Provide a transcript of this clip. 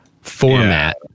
format